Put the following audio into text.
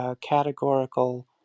categorical